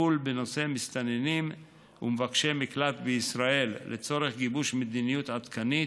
לטיפול בנושא המסתננים ומבקשי המקלט בישראל לצורך גיבוש מדיניות עדכנית,